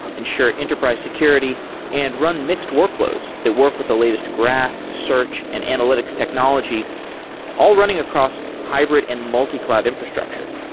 ensure enterprise security and run mixed workloads that work with the latest graph, search and analytics technology all running across hybrid and multi-cloud infrastructure.